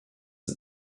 ist